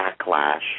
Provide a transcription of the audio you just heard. backlash